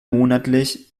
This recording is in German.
monatlich